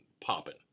popping